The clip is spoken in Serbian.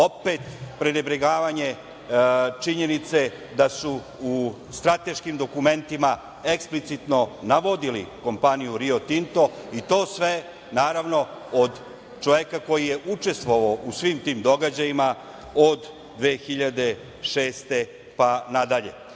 Opet prenebregavanje činjenice da su u strateškim dokumentima eksplicitno navodili kompaniju Rio Tinto i to sve, naravno, od čoveka koji je učestvovao u svim tim događajima od 2006. godine,